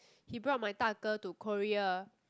he brought my 大哥 to Korea